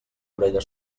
orella